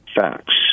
facts